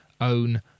own